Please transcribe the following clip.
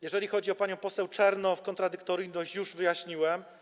Jeżeli chodzi o panią poseł Czernow, to kontradyktoryjność już wyjaśniłem.